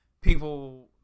people